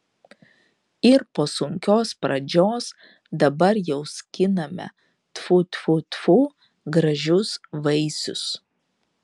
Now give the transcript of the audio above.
ir po sunkios pradžios dabar jau skiname tfu tfu tfu gražius vaisius